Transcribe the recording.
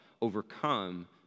overcome